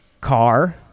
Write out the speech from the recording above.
Car